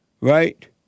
Right